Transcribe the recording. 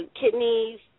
Kidneys